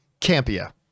Campia